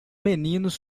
meninos